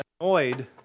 annoyed